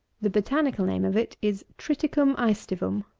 the botanical name of it is triticum aestivum.